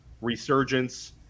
resurgence